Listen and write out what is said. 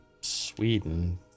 Sweden